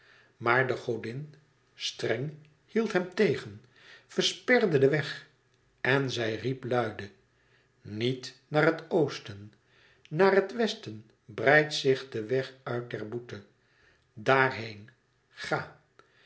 maar de godin streng hield hem tegen versperrende den weg en zij riep luide nièt naar het oosten naar het wésten breidt zich de weg uit der